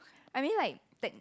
I mean like tech~